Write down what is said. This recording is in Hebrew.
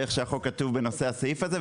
של איך שהחוק כתוב בנושא הסעיף הזה,